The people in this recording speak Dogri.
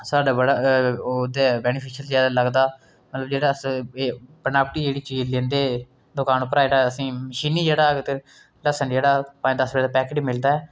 साढ़े बड़ा ओह्दे वैनिफिशयल जेहा लग्गदा जेह्ड़ा अस एह् बनावटी जेह्ड़ी चीज़ लैंदे दकानै उप्परा जेह्ड़ा असें गी मशीनी जेह्ड़ा लह्सन जेह्ड़ा पंज दस्स रपेऽ पेकैट मिलदा ऐ